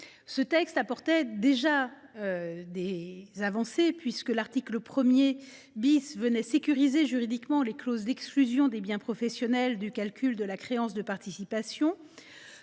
Ce texte comportait déjà des avancées, puisque l’article 1 venait sécuriser juridiquement les clauses d’exclusion des biens professionnels du calcul de la créance de participation.